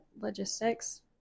logistics